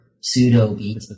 pseudo-beat